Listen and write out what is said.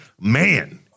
Man